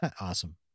Awesome